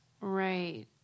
Right